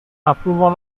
approval